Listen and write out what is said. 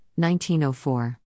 1904